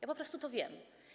Ja po prostu to wiem.